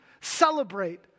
celebrate